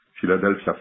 Philadelphia